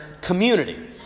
community